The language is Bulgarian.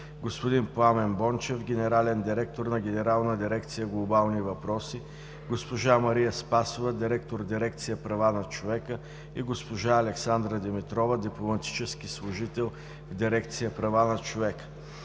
господин Пламен Бончев – генерален директор на генерална дирекция „Глобални въпроси”, госпожа Мария Спасова – директор на дирекция „Права на човека”, и госпожа Александра Димитрова – дипломатически служител в дирекция „Права на човека”;